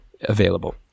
available